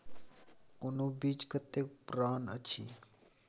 कोनो बीज कतेक पुरान अछि?